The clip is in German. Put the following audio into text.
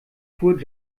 fuhr